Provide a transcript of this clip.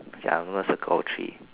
circle of three